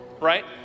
right